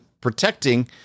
protecting